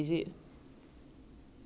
!aiya! 不管 lah 全部烧到完就对 liao lah